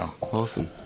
awesome